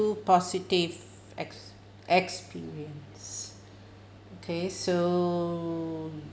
two positive ex~ experience okay so